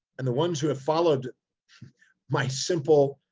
and the ones who have followed my simple,